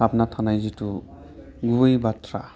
हाबना थानाय जिथु गुबै बाथ्रा